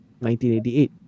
1988